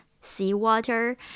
seawater